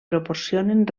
proporcionen